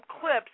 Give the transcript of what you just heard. clips